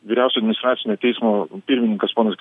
vyriausio administracinio teismo pirmininkas ponas